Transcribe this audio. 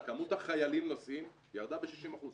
כמות החיילים נוסעים ירדה ב-60%.